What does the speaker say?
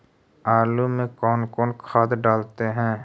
आलू में कौन कौन खाद डालते हैं?